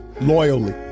loyally